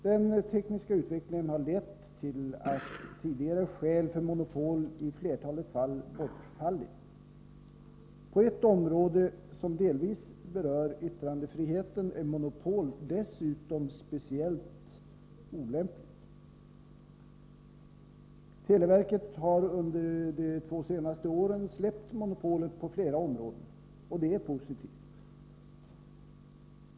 Den tekniska utvecklingen har lett till att tidigare skäl för monopol i flertalet fall bortfallit. På ett område som delvis berör yttrandefriheten är monopol dessutom speciellt olämpligt. Televerket har under de två senaste åren släppt monopolet på flera områden. Det är positivt.